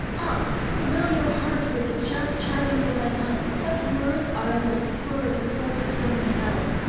up! thrill your heart with the just chidings of my tongue such words are as a spur to purpose firmly held.